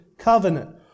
Covenant